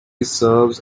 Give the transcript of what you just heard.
serves